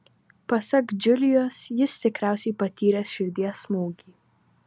pasak džiulijos jis tikriausiai patyręs širdies smūgį